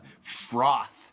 Froth